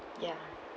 ya